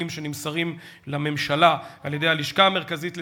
שנמסרים לממשלה על-ידי הלשכה המרכזית לסטטיסטיקה,